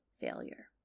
failure